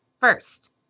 first